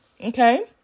Okay